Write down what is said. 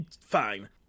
Fine